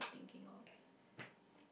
thinking of